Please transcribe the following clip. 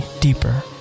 deeper